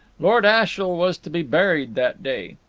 lord ashiel was to be buried that day.